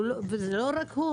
וזה לא רק הוא